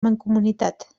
mancomunitat